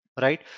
right